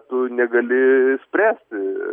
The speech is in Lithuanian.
tu negali spręsti